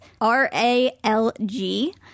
R-A-L-G